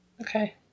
Okay